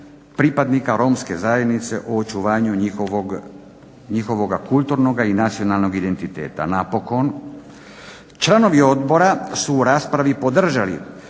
pripadnika romske zajednice u očuvanju njihovoga kulturnoga i nacionalnog identiteta napokon. Članovi odbora su u raspravi podržali